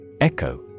Echo